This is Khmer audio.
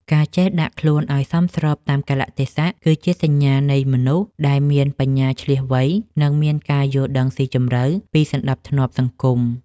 ការចេះដាក់ខ្លួនឱ្យសមស្របតាមកាលៈទេសៈគឺជាសញ្ញានៃមនុស្សដែលមានបញ្ញាឈ្លាសវៃ និង មានការយល់ដឹងស៊ីជម្រៅពីសណ្តាប់ធ្នាប់សង្គម។